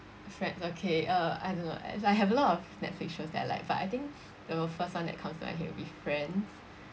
friends okay uh I don't know I have a lot of Netflix shows that I like but I think the first one that comes to my head will be friends